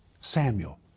Samuel